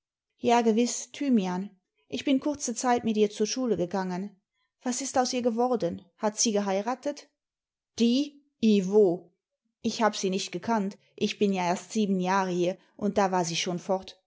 ja gewiß thymian ich bin kurze zeit mit ihr zur schule gegangen was ist aus ihr geworden hat sie geheiratet die i wol ich hab sie nicht gekannt ich bin ja erst sieben jahre hier und da war sie schon fort